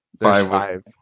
five